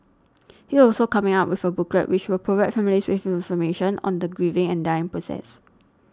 it also coming up with a booklet which will provide families with information on the grieving and dying process